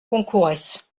concourès